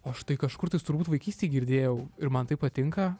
aš tai kažkur tais turbūt vaikystėj girdėjau ir man tai patinka